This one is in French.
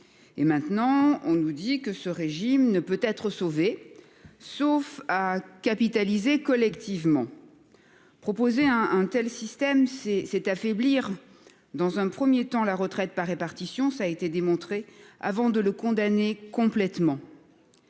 Maintenant on nous dit que ce régime ne peut être sauvé, sauf à capitaliser collectivement. Proposer un tel système, c'est affaiblir dans un premier temps la retraite par répartition- ça a été démontré - avant de le condamner complètement.